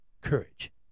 courage